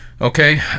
Okay